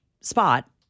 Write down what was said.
spot